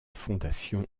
fondation